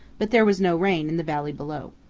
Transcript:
but there was no rain in the valley below.